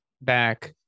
back